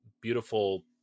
beautiful